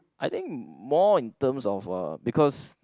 I think more in terms of uh because